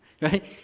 right